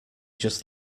just